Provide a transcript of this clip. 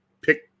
pick